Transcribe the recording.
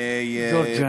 גאורגיה.